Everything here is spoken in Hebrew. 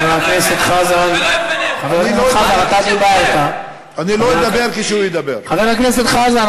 זו המציאות, אתה אמרת את זה.